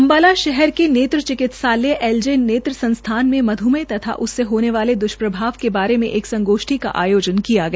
अम्बाला शहर के नेत्र चिकित्सालय एल जे नेत्र संस्थान में मध्मेह तथा उससे होने वाले द्वष्प्रभाव के बारे में एक संगोष्ठी का आयोजन किया गया